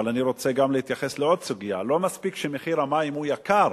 אבל אני רוצה גם להתייחס לעוד סוגיה: לא מספיק שמחיר המים הוא יקר,